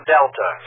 Delta